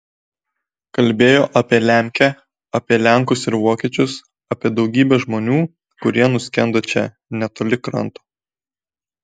kalbėjo apie lemkę apie lenkus ir vokiečius apie daugybę žmonių kurie nuskendo čia netoli kranto